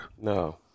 No